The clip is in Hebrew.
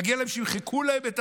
מגיע להן שימחקו את זה,